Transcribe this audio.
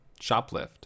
shoplift